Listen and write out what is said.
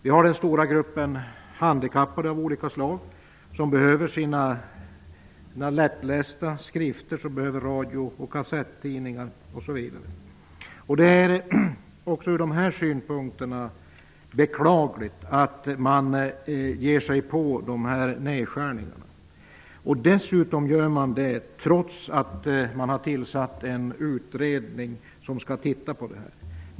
Vi har den stora gruppen av olika slags handikappade som behöver sina lättlästa skrifter och radio och kassettidningar. Också ur deras synpunkt är det beklagligt att regeringen föreslår nedskärningar. Detta görs dessutom trots att man har tillsatt en utredning som skall titta närmare på saken.